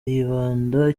yibanda